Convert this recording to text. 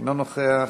אינו נוכח.